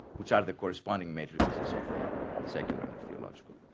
which are the corresponding major axes of the secular and the theological,